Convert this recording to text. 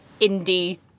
indie